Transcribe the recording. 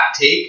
Take